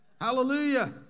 Hallelujah